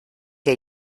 que